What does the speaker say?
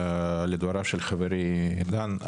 לדבריו של חברי דן.